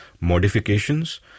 modifications